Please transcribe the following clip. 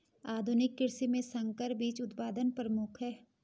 आधुनिक कृषि में संकर बीज उत्पादन प्रमुख है